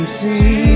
see